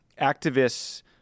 activists